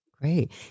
Great